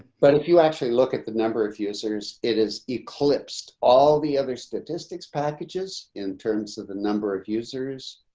but if you actually look at the number of users, it is eclipsed all the other statistics packages in terms of the number of users.